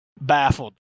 Baffled